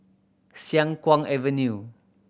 Siang Kuang Avenue